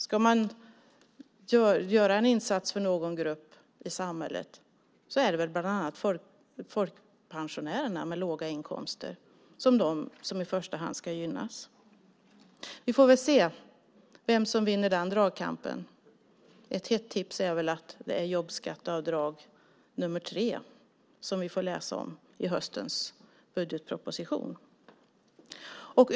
Om man ska göra en insats för någon grupp i samhället så är det för folkpensionärer med låga inkomster. De ska gynnas i första hand. Vi får väl se vem som vinner den dragkampen. Ett hett tips är att det blir jobbskatteavdrag steg tre som vi får läsa om i höstens budgetproposition.